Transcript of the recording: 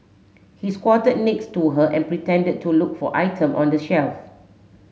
he squatted next to her and pretended to look for item on the shelf